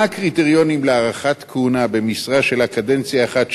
מה הקריטריונים להארכת כהונה במשרה שלה קדנציה אחת,